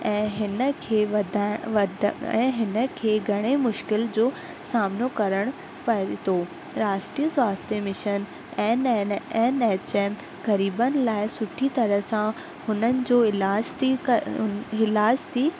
ऐं हिन खे वधाए वध ऐं हिन खे घणे मुश्किल जो सामनो करण पए थो राष्ट्रीय स्वास्थ्य mission N N N H M ग़रीबनि लाइ सुठी तरह सां हुननि जो इलाज थी कए इलाज थी